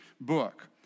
book